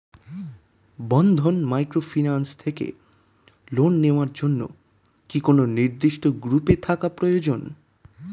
বন্ধন microfinance থেকে loan নেওয়ার জন্য কি কোন নির্দিষ্ট গ্রুপে থাকা প্রয়োজন?